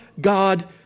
God